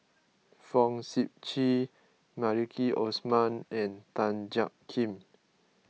Fong Sip Chee Maliki Osman and Tan Jiak Kim